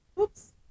Oops